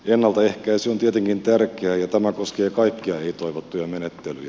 ennaltaehkäisy on tietenkin tärkeää ja tämä koskee kaikkia ei toivottuja menettelyjä